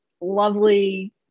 lovely